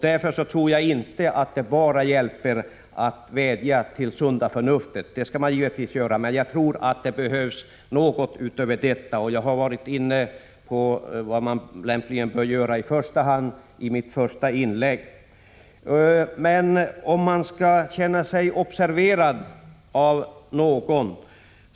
Det går inte att bara vädja till trafikanternas sunda förnuft. Det skall man givetvis också göra, men jag tror att det behövs något utöver detta, och jag hänvisar till det jag sade i mitt första inlägg om vad man då lämpligen bör göra i första hand.